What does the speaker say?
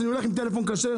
אני הולך עם טלפון כשר,